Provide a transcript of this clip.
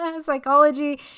psychology